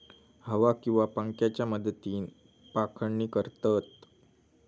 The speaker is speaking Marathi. हवा किंवा पंख्याच्या मदतीन पाखडणी करतत